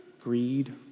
greed